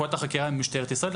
וסמכויות החקירה הן של משטרת ישראל.